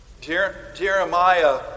Jeremiah